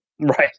right